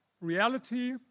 reality